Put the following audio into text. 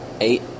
eight